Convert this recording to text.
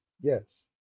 yes